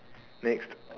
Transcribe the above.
next